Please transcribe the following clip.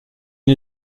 une